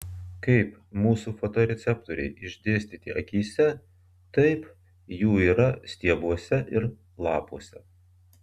kaip mūsų fotoreceptoriai išdėstyti akyse taip jų yra stiebuose ir lapuose